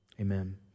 amen